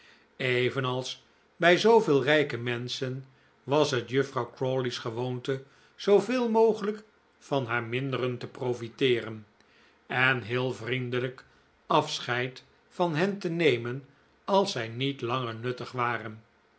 evenals bij zooveel rijke menschen was het juffrouw crawley's gewoonte zooveel mogelijk van haar minderen te profiteeren en heel vriendelijk afscheid van hen te nemen als zij niet langer nuttig waren